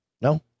No